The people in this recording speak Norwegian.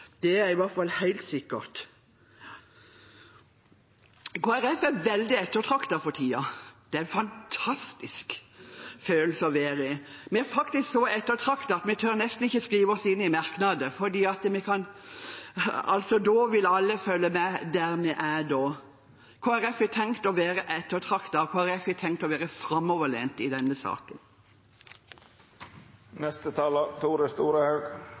De har i hvert fall ikke lyttet godt ved dørene, det er helt sikkert. Kristelig Folkeparti er veldig ettertraktet for tiden. Det er en fantastisk følelse. Vi er faktisk så ettertraktet at vi nesten ikke tør skrive oss inn i merknader, for da vil alle følge med der vi er. Kristelig Folkeparti har tenkt å være ettertraktet, og Kristelig Folkeparti har tenkt å være framoverlent i denne